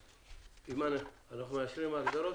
14א, סעיף ההגדרות?